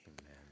amen